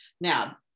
Now